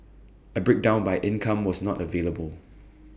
A breakdown by income was not available